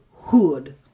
hood